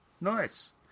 nice